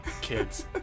kids